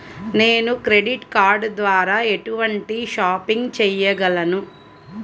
నేను credit card ద్వార ఎటువంటి షాపింగ్ చెయ్యగలను?